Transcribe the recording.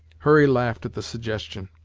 hurry laughed at the suggestion,